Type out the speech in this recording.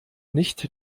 nicht